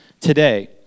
today